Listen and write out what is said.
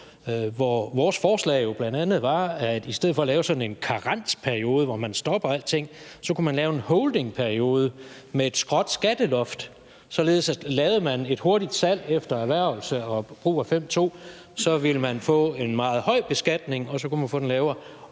vores forslag bl.a. var, at i stedet for at lave sådan en karensperiode, hvor man stopper alting, så kunne man lave en holdingperiode med et skråt skatteloft, således at lavede man et hurtigt salg efter erhvervelse og brug af § 5, stk. 2., ville man få en meget høj beskatning, og provenuet derfra